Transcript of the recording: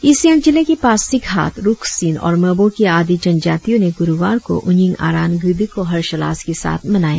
east Siang जिले के पासीघाट रुक्सीन और मेबो की आदी जनजातियो ने गुरुवार को उन्यींग आरान गीदी को हर्षाल्लास के साथ मनाया